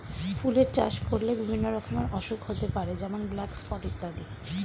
ফুলের চাষ করলে বিভিন্ন রকমের অসুখ হতে পারে যেমন ব্ল্যাক স্পট ইত্যাদি